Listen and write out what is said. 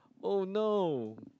oh no